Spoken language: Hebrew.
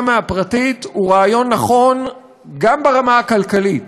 מהפרטית הוא רעיון נכון גם ברמה הכלכלית.